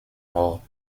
morts